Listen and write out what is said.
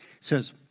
says